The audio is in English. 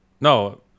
No